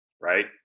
right